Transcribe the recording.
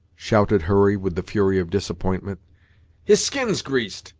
shouted hurry with the fury of disappointment his skin's greased!